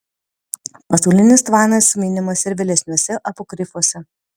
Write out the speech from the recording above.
pasaulinis tvanas minimas ir vėlesniuose apokrifuose